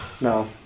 no